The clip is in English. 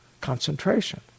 concentration